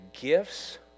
gifts